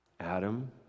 Adam